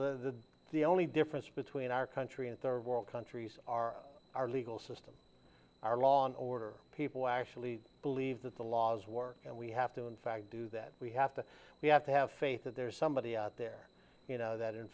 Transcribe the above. the the only difference between our country and third world countries are our legal system our law and order people actually believe that the laws work and we have to in fact do that we have to we have to have faith that there is somebody out there you know that in